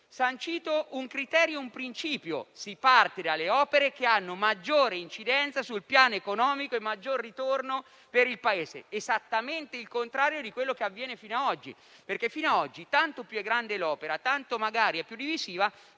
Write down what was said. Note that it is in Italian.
sancito il criterio, il principio per cui si parte dalle opere che hanno maggiore incidenza sul piano economico e maggior ritorno per il Paese; è esattamente il contrario di quello che avviene oggi, perché fino a oggi tanto più grande è l'opera, tanto più è divisiva,